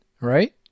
right